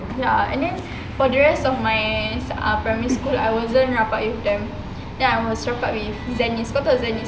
ya and then for the rest of my uh primary school I wasn't rapat with them then I was rapat with zennis kau tahu zennis kan